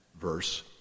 verse